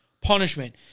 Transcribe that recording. punishment